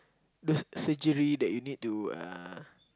those surgery that you need to uh